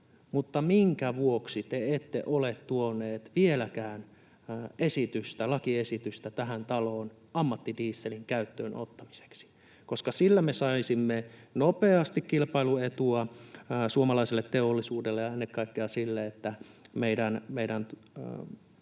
Mutta minkä vuoksi te ette ole tuoneet vieläkään esitystä, lakiesitystä, tähän taloon ammattidieselin käyttöönottamiseksi? Sillä me saisimme nopeasti kilpailuetua suomalaiselle teollisuudelle ja ennen kaikkea sille, että meidän